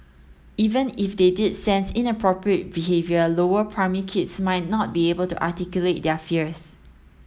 even if they did sense inappropriate behaviour lower primary kids might not be able to articulate their fears